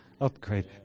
Upgrade